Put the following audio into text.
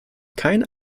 keinen